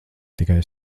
tikai